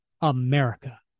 America